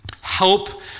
Help